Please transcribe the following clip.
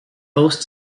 post